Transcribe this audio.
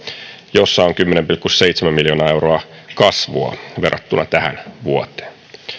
jossa on kymmenen pilkku seitsemän miljoonaa euroa kasvua verrattuna tähän vuoteen